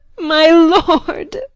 my lord!